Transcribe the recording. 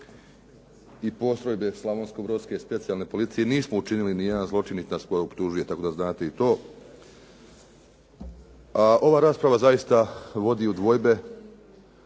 i postrojbe Slavonsko-brodske, specijalne policije, nismo učinili niti jedan zločin niti nas tko optužuje, tako da znate i to. A ova rasprava zaista vodi u dvojbe